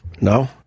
No